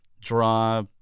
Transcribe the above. draw